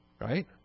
Right